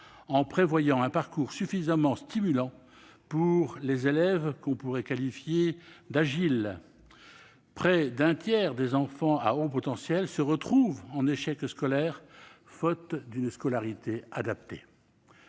en prévoyant un parcours suffisamment stimulant pour les élèves que je qualifierai d'« agiles ». En effet, près d'un tiers des enfants à haut potentiel se retrouve en échec scolaire, faute d'une scolarité adaptée.